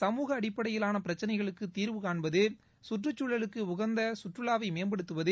சமூக அடிப்படையிலான பிரக்கனைகளுக்கு தீர்வு காண்பது கற்றச் சூழலுக்கு உகந்த கற்றவாவை மேம்படுத்துவது